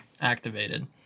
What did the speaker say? activated